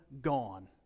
gone